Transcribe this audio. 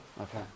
Okay